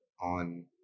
on